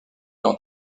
dans